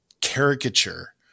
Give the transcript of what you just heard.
caricature